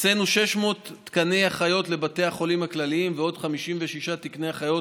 הקצינו 600 תקני אחיות לבתי החולים הכלליים ועוד 56 תקני אחיות,